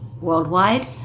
worldwide